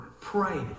Pray